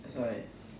that's why